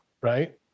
right